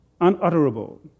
Unutterable